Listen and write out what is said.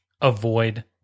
avoid